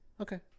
Okay